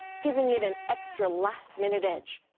giving it an extra last-minute edge.